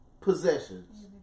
possessions